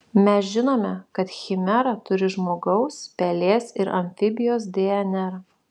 mes žinome kad chimera turi žmogaus pelės ir amfibijos dnr